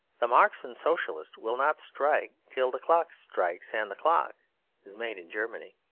the marxian socialist will not strike till the clock strikes and the clock is made in germany,